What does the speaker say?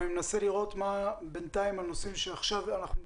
אבל אני מנסה לראות מה בינתיים הנושאים שעכשיו צריך לטפל בהם.